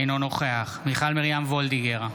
אינו נוכח מיכל מרים וולדיגר,